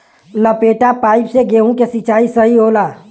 लपेटा पाइप से गेहूँ के सिचाई सही होला?